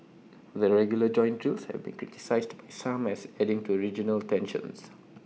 the regular joint drills have been criticised by some as adding to regional tensions